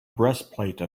breastplate